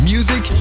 Music